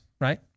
Right